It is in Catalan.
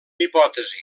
hipòtesi